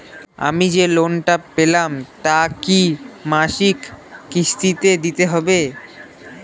আমি যে লোন টা পেলাম তা কি মাসিক কিস্তি তে দিতে হবে?